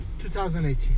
2018